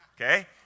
okay